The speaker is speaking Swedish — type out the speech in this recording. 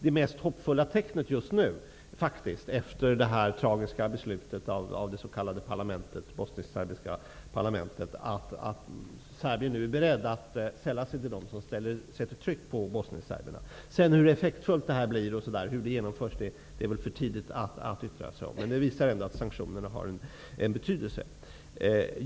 Det mest hoppfulla tecknet just nu, efter det tragiska beslutet av det s.k. bosniskserbiska parlamentet, är väl att Serbien nu är berett att sälla sig till dem som sätter tryck på bosnienserberna. Hur effektfullt detta sedan blir och hur det genomförs, det är väl för tidigt att yttra sig om. Men det visar ändå att sanktionerna har en betydelse.